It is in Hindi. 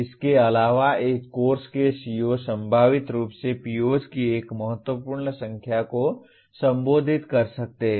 इसके अलावा एक कोर्स के CO संभावित रूप से POs की एक महत्वपूर्ण संख्या को संबोधित कर सकते हैं